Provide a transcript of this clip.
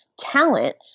talent